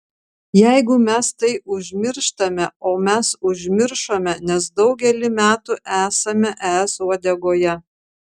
jeigu mes tai užmirštame o mes užmiršome nes daugelį metų esame es uodegoje